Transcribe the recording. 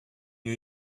you